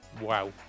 Wow